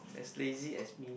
as lazy as me